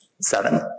seven